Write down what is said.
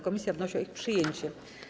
Komisja wnosi o ich przyjęcie.